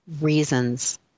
reasons